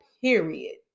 period